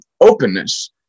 openness